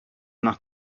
nach